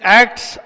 acts